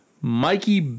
Mikey